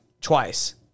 twice